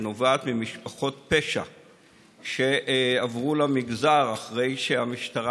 שנובעת ממשפחות פשע שעברו למגזר אחרי שהמשטרה